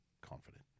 confident